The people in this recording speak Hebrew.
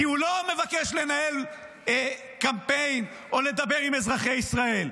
כי הוא לא מבקש לנהל קמפיין או לדבר עם אזרחי ישראל,